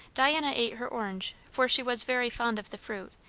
diana ate her orange, for she was very fond of the fruit,